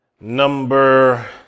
number